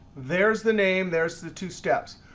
there's the name. there's the two steps.